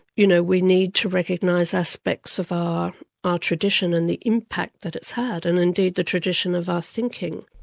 you know, we need to recognise aspects of our ah tradition and the impact that it's had, and indeed the tradition of our thinking.